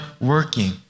working